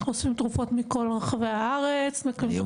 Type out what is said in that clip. אנחנו אוספים תרופות מכל רחבי הארץ --- גם